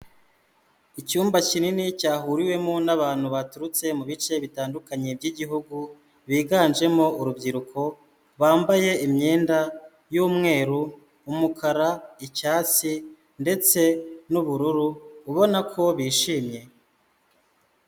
Icyumba kinini cyahuriwemo n'abantu baturutse mu bice bitandukanye by'igihugu, biganjemo urubyiruko bambaye imyenda y'umweru, umukara, icyatsi ndetse n'ubururu, ubona ko bishimye.